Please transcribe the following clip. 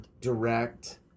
direct